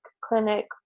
clinic